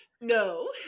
no